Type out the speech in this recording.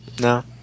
No